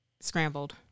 Scrambled